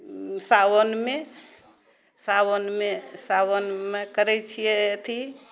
सावनमे सावनमे सावनमे करए छिऐ अथि